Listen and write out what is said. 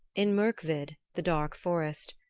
in mirkvid, the dark forest,